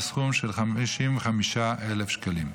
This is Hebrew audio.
בסכום של 55,000 שקלים,